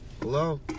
Hello